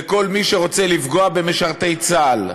לכל מי שרוצה לפגוע במשרתי צה"ל.